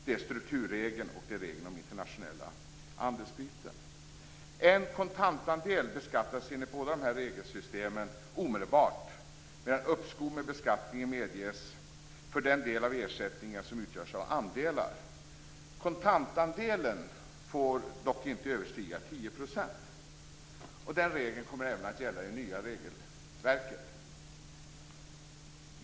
Det är strukturregeln och regeln om internationella andelsbyten. En kontantandel beskattas enligt båda de här regelsystemen omedelbart, medan uppskov med beskattning medges för den del av ersättningen som utgörs av andelar. Kontantandelen får dock inte överstiga 10 %. Den regeln kommer även att gälla i det nya regelverket.